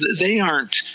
they aren't